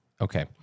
Okay